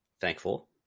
thankful